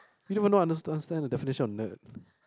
you don't even understand stand the definition of nerd